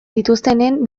dituztenen